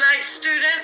student